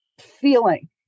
feeling